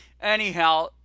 anyhow